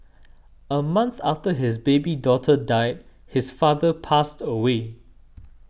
a month after his baby daughter died his father passed away